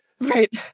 Right